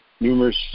numerous